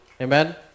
Amen